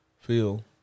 feel